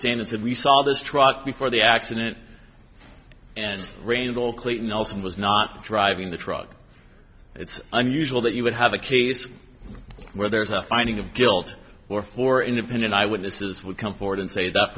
stand and said we saw this truck before the accident and rainbow clique nelson was not driving the truck it's unusual that you would have a case where there's a finding of guilt or for independent eye witnesses would come forward and say that